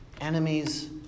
Enemies